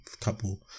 Couple